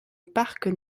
parc